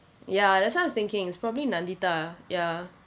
ya that's why I was thinking is probably nandita ya